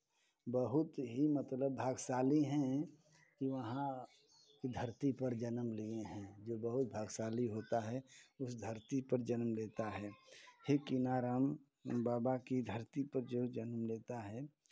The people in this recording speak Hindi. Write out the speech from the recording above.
बहुत ही मतलब भाग्यशाली हैं कि वहाँ की धरती पर जन्म लिए हैं जो बहुत भाग्यशाली होता है उस धरती पर जन्म लेता है हे कीनाराम बाबा की धरती पर जो जन्म लेता है